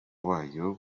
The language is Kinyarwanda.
wayo